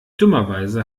dummerweise